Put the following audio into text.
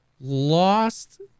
lost